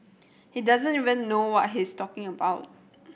he doesn't even know what he's talking about